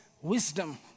wisdom